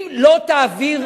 אם לא תעביר,